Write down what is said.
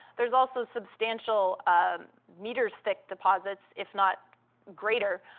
there's also substantial meter-stick deposits, if not greater,